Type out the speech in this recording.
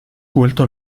vuelto